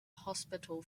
hospital